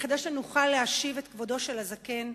כדי שנוכל להשיב את כבודו של הזקן,